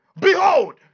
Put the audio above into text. behold